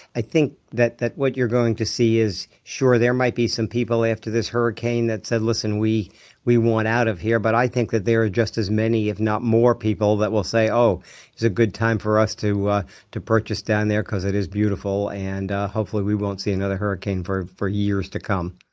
i think that that what you're going to see is, sure, there might be some people after this hurricane that said listen, we we want out of here. but i think that there are just as many, if not more people, that will say, oh it's a good time for us to ah to purchase down there because it is beautiful, and hopefully we won't see another hurricane for for years to come.